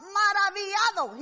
maravillado